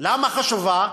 למה חשובה?